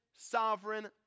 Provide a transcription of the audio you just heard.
sovereign